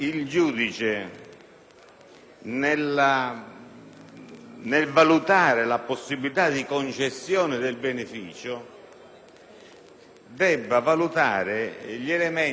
nel valutare la possibilità di concessione del beneficio debba considerare gli elementi